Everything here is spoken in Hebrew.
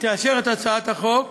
תאשר את הצעת החוק,